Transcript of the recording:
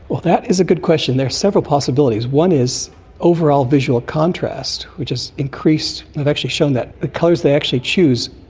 that is a good question, there are several possibilities. one is overall visual contrast, which is increased. they've actually shown that the colours they actually choose,